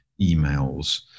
emails